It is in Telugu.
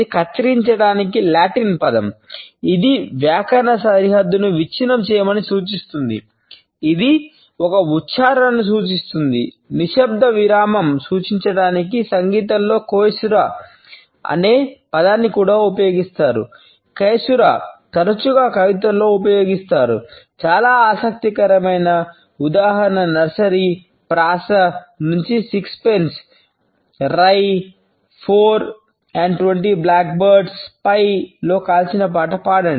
కైసురా లో కాల్చిన పాట పాడండి